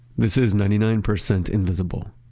this is ninety nine percent invisible.